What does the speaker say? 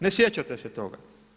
Ne sjećate se toga.